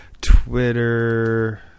Twitter